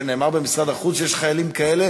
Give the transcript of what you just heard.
שנאמר במשרד החוץ שיש חיילים כאלה